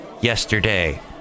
yesterday